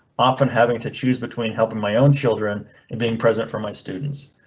often having to choose between helping my own children and being present for my students.